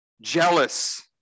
jealous